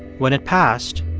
when it passed,